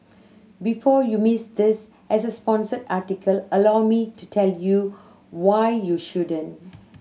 before you miss this as a sponsored article allow me to tell you why you shouldn't